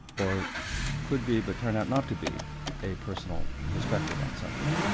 or could be, but turn out not to be a personal perspective on something.